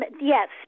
yes